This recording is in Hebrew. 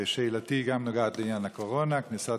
גם שאלתי נוגעת לעניין הקורונה: כניסת